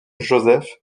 joseph